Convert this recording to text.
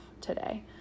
today